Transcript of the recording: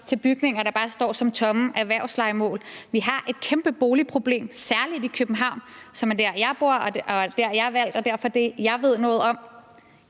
er bygninger, der bare står som tomme erhvervslejemål. Vi har et kæmpe boligproblem, særlig i København, som er der, jeg bor, og der, jeg er valgt, og derfor er dét, jeg ved noget om